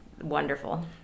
wonderful